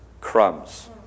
crumbs